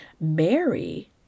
Mary